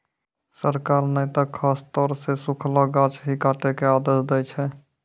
सरकार नॅ त खासतौर सॅ सूखलो गाछ ही काटै के आदेश दै छै